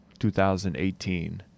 2018